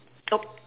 oh